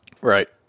right